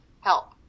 help